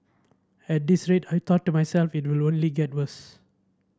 at this rate I thought to myself it will only get worse